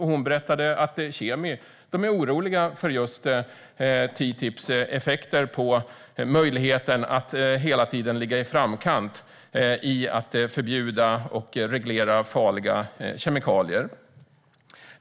Hon berättade att Kemikalieinspektionen är orolig för just TTIP:s effekter på möjligheten att hela tiden ligga i framkant med att förbjuda och reglera farliga kemikalier.